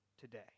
today